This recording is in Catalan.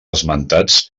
esmentats